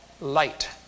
light